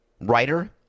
writer